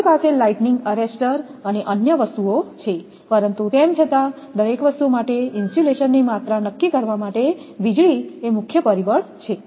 તમારી પાસે lightning arrester અને અન્ય વસ્તુઓ છે પરંતુ તેમ છતાં દરેક વસ્તુ માટે ઇન્સ્યુલેશનની માત્રા નક્કી કરવા માટે વીજળી એ મુખ્ય પરિબળ છે